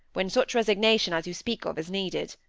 when such resignation as you speak of is needed.